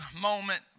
moment